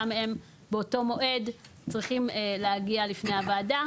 גם הם באותו מועד צריכים להגיע לפני הוועדה.